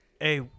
Hey